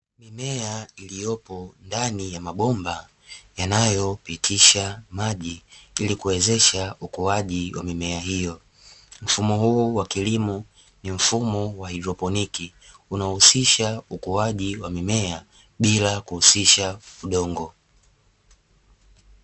Mimea iliyopo ndani ya mabomba yanayopitisha maji ilikuwezesha ukuaji wa mimea hiyo, mfumo huo wa kilimo ni mfumo wa haidroponi unaohusisha ukuaji wa mimea bila kuhusisha udongo.